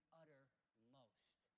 uttermost